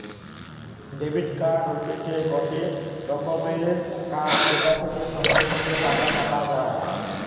debit card হতিছে গটে রকমের কার্ড যেটা থেকে সঙ্গে সঙ্গে টাকা কাটা যায়